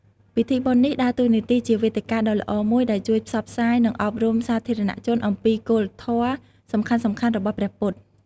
ពិធីបុណ្យនេះដើរតួនាទីជាវេទិកាដ៏ល្អមួយដែលជួយផ្សព្វផ្សាយ និងអប់រំសាធារណជនអំពីគោលធម៌សំខាន់ៗរបស់ព្រះពុទ្ធ។